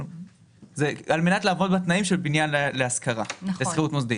על מנת לעמוד בתנאים של בניין להשכרה בשכירות מוסדית.